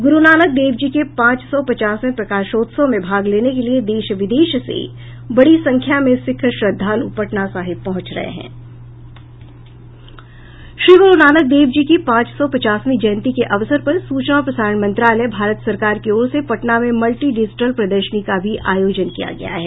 गुरुनानक देव जी के पांच सौ पचासवें प्रकाशोत्सव में भाग लेने के लिए देश विदेश से बडीं संख्या में सिख श्रद्धालु पटना साहिब पहुंच रहे हैं श्री गुरु नानक देव जी की पांच सौ पचासवीं जयंती के अवसर पर सूचना और प्रसारण मंत्रालय भारत सरकार की ओर से पटना में मल्टी डिजिटल प्रदर्शनी का भी आयोजन किया गया है